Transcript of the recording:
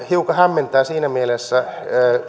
hiukan hämmentää siinä mielessä